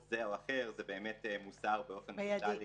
פוסט זה או אחר, זה באמת מוסר באופן טוטלי.